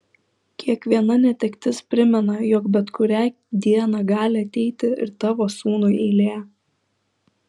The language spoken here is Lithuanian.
kiekviena netektis primena jog bet kurią dieną gali ateiti ir tavo sūnui eilė